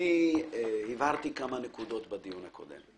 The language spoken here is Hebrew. אני הבהרתי כמה נקודות בדיון הקודם,